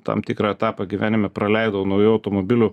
tam tikrą etapą gyvenime praleidau naujų automobilių